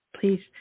please